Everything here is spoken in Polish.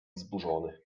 wzburzony